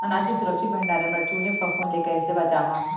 अनाज के सुरक्षित भण्डारण बर चूहे, फफूंद ले कैसे बचाहा?